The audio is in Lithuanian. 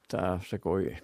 tą sakoju